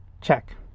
check